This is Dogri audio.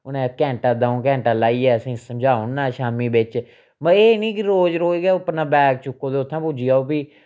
उ'नें घैंटा द'ऊं घैंटा लाइयै असेंगी समझाना शामी बिच्च भाई एह् नि कि रोज़ रोज़ गै अपना बैग चुक्को ते उत्थें पुज्जी जाओ फ्ही